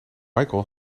michael